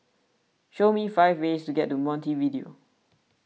show me five ways to get to Montevideo